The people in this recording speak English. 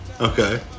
Okay